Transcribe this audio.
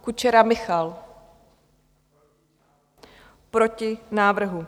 Kučera Michal: Proti návrhu.